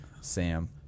Sam